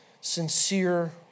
sincere